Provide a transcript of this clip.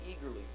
eagerly